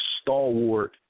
stalwart